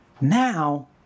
now